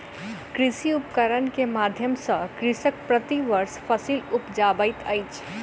कृषि उपकरण के माध्यम सॅ कृषक प्रति वर्ष फसिल उपजाबैत अछि